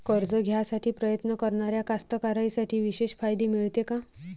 कर्ज घ्यासाठी प्रयत्न करणाऱ्या कास्तकाराइसाठी विशेष फायदे मिळते का?